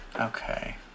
Okay